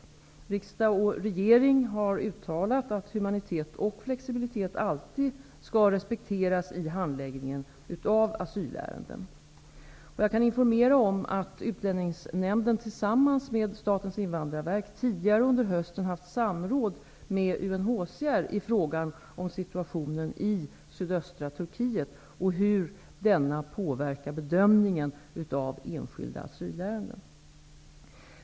Riksdag och regering har uttalat att humanitet och flexibilitet alltid skall respekteras i handläggningen av asylärenden. Jag kan informera om att Utlänningsnämnden tillsammans med Statens invandrarverk tidigare under hösten haft samråd med UNHCR i frågan om situationen i sydöstra Turkiet och hur denna påverkar bedömningen av enskilda asylärenden.